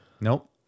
Nope